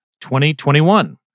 2021